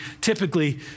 typically